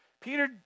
Peter